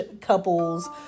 couples